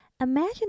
Imagine